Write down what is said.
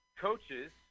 Coaches